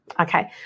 Okay